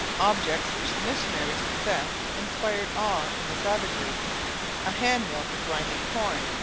objects which the missionaries possessed inspired awe in the savages a handmill for grinding corn,